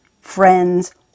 friends